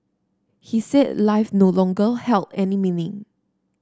he said life no longer held any meaning